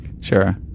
Sure